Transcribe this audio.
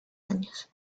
años